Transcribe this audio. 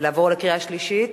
לעבור לקריאה שלישית?